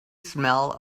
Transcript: smell